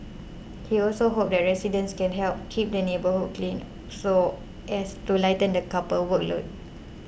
he also hopes that residents can help keep the neighbourhood clean so as to lighten the couple workload